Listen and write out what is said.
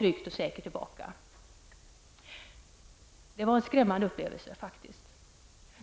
Tryggt och säkert kunde vi ta oss tillbaka till Skärhamn. Den här händelsen var faktiskt en skrämmande upplevelse.